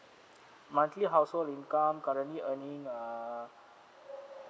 monthly household income currently earning err